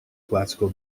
classical